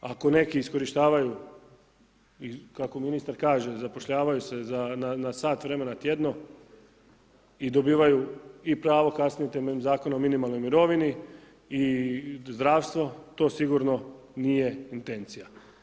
Ako neki iskorištavaju i kako ministar kaže, zapošljavaju se na sat vremena tjedno i dobivaju i pravo kasnije temeljem Zakona o minimalnoj mirovini i zdravstvo, to sigurno nije intencija.